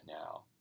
now